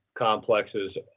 complexes